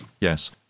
Yes